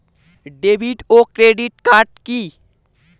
David ও credit card কি?